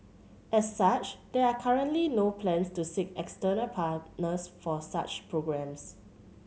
as such there are currently no plans to seek external partners for such programmes